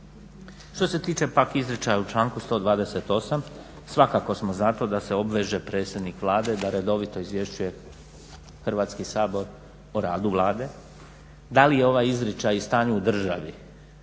Što se tiče pak izričaja u članku 128. svakako smo za to da se obveže predsjednik Vlade da redovito izvješćuje Hrvatski sabor o radu Vlade da li je ovaj izričaj i stanje u državi